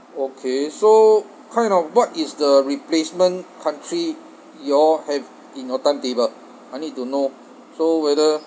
okay so kind of what is the replacement country you all have in your timetable I need to know so whether